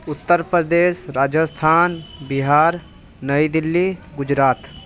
Uttar Pradesh Rajasthan Bihar Nai Delhi Gujarat